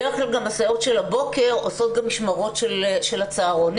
בדרך כלל הסייעות של הבוקר עושות גם משמרות של הצהרונים,